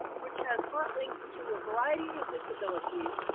which has hot links to a variety of disabilities.